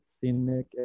scenic